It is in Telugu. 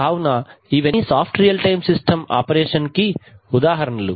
కావున ఇవన్నీ సాఫ్ట్ రియల్ టైమ్ ఆపరేషన్ కి ఉదాహరణలు